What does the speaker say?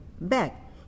back